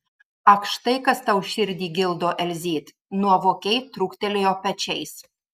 ak štai kas tau širdį gildo elzyt nuovokiai trūktelėjo pečiais